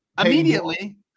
Immediately